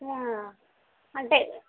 అంటే